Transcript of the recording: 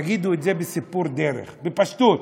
תגידו את זה בסיפור דרך, בפשטות,